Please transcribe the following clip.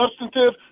substantive